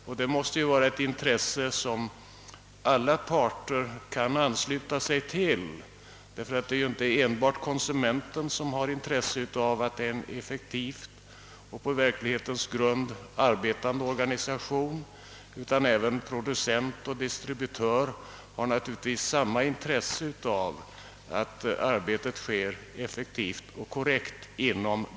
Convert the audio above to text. Och det måste vara ett intresse som alla parter kan ansluta sig till, ty det är ju inte enbart konsumenterna som har intresse av att prisoch kartellnämnden är ett effektivt och på verklighetens grund arbetande organ, utan producenter och distributörer har naturligtvis samma intresse av att arbetet utförs effektivt och korrekt.